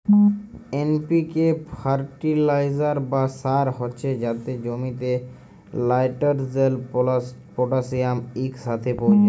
NPK fertiliser বা সার হছে যাতে জমিতে লাইটেরজেল, পটাশিয়াম ইকসাথে পৌঁছায়